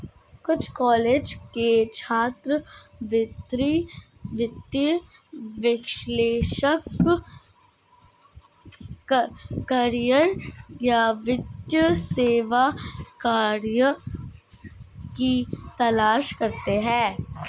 कुछ कॉलेज के छात्र वित्तीय विश्लेषक करियर या वित्तीय सेवा करियर की तलाश करते है